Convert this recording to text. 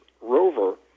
rover